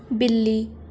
ਬਿੱਲੀ